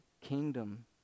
kingdom